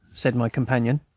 said my companion,